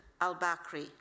al-Bakri